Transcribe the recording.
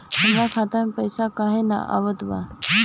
हमरा खाता में पइसा काहे ना आवत बा?